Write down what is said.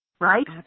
right